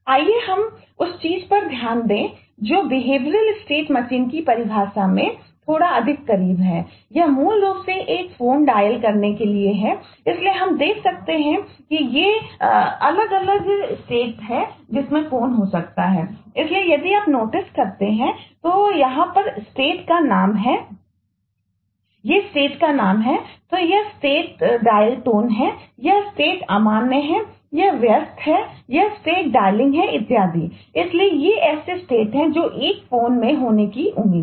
आइए हम उस चीज़ पर ध्यान दें जो बिहेवियरल स्टेट मशीन हैं जो एक फोन में होने की उम्मीद है